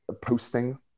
posting